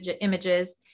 images